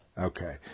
Okay